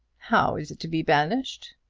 how is it to be banished?